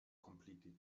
completely